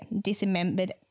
dismembered